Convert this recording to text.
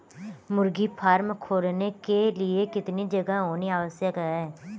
मुर्गी फार्म खोलने के लिए कितनी जगह होनी आवश्यक है?